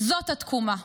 זאת התקומה.